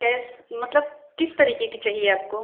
टेस मतलब किस तरीके की चाहिए आपको